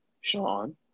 Sean